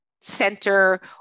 center